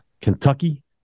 Kentucky